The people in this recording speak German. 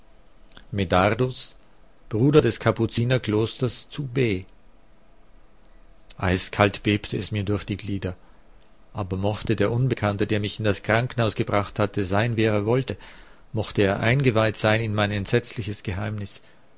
medardus bruder des kapuzinerklosters zu b eiskalt bebte es mir durch die glieder aber mochte der unbekannte der mich in das krankenhaus gebracht hatte sein wer er wollte mochte er eingeweiht sein in mein entsetzliches geheimnis